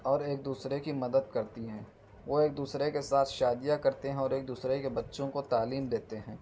اور ایک دوسرے کی مدد کرتی ہیں وہ ایک دوسرے کے ساتھ شادیاں کرتے ہیں اور ایک دوسرے کے بچوں کو تعلیم دیتے ہیں